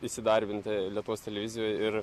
įsidarbinti lietuvos televizijoj ir